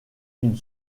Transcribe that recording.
une